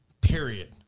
Period